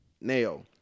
Nail